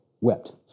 Wept